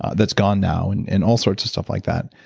that's gone now. and and all sorts of stuff like that.